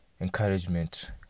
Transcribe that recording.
encouragement